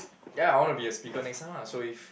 ya I wanna be a speaker next time ah so if